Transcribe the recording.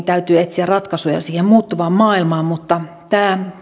täytyy etsiä ratkaisuja siihen muuttuvaan maailmaan mutta tämä